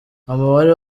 umubare